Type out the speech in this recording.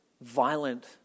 violent